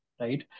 right